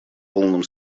полном